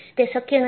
તે શક્ય નથી